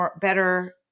better